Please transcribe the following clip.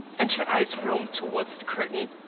and her eyes roamed toward the curtain,